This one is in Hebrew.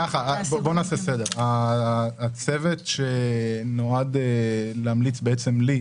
הצוות שנועד להמליץ לי,